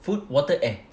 food water air